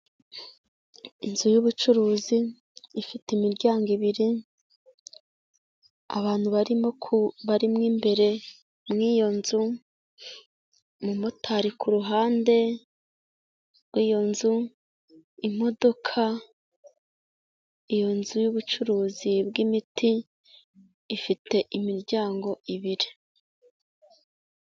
Inzu y'ubucuruzi ifite imiryango ibiri, abantu barimo imbere mw'iyo nzu, umumotari ku ruhande rw'iyo nzu, imodoka, iyo nzu y'ubucuruzi bw'imiti, ifite imiryango ibiri.